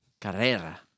Carrera